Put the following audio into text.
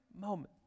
moment